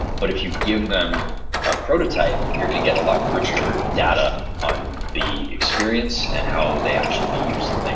but if you give them a prototype, you're going to get a lot richer data on the experience and how they actually use the thing.